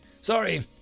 Sorry